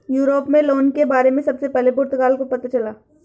Europe में loan के बारे में सबसे पहले पुर्तगाल को पता चला